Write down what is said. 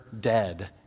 dead